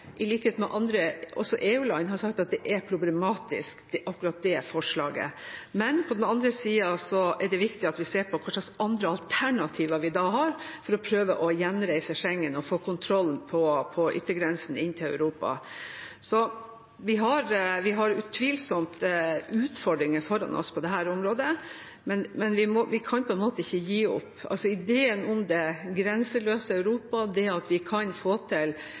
er problematisk, men på den andre sida er det viktig å se på hva slags andre alternativer vi da har, for å prøve å gjenreise Schengen og få kontroll på yttergrensen inn til Europa. Så vi har utvilsomt utfordringer foran oss på dette området, men vi kan ikke gi opp. Ideen om det grenseløse Europa og det at vi kan få til